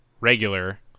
regular